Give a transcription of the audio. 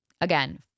Again